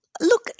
Look